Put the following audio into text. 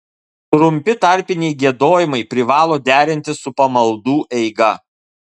trumpi tarpiniai giedojimai privalo derintis su pamaldų eiga